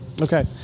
Okay